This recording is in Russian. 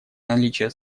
наличие